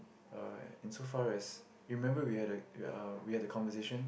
uh in so far as you remember we had uh we had a conversation